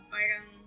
Parang